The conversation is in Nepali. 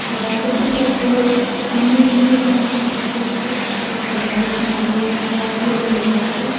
र जतिसक्दो अब मैले मेरो अनुवादले जतिसक्दो घर बस्नुभन्दा योगा क्लास जइन हुनुहोस् है